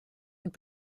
und